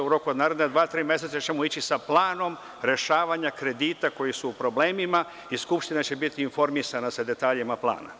U roku od naredna dva, tri meseca ćemo ići sa planom rešavanja kredita koji su u problemima i Skupština će biti informisana sa detaljima plana.